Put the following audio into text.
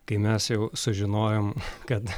kai mes jau sužinojom kad